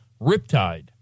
Riptide